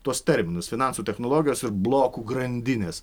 tuos terminus finansų technologijos ir blokų grandinės